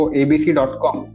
abc.com